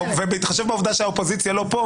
ובהתחשב בעובדה שהאופוזיציה לא פה